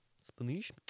Spanish